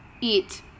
eat